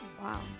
Wow